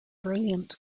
brilliant